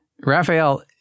Raphael